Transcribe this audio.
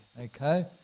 Okay